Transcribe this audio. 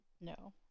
No